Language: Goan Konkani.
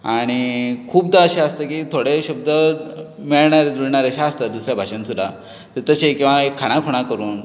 आनी खुबदां अशें आसता की थोडे शब्द मेळना तशे जुळना तशे आसता दुसरे भाशेंत सुद्दां तर तशे खाणा कुणां करून